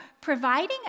providing